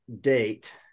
date